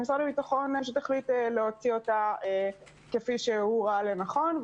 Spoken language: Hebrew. למשרד הביטחון יש תכלית להוציא אותה כפי שהוא ראה לנכון,